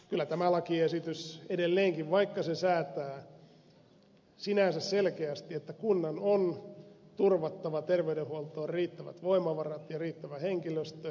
kyllä tämä lakiesitys edelleenkin vaikka se säätää sinänsä selkeästi että kunnan on turvattava terveydenhuoltoon riittävät voimavarat ja riittävä henkilöstö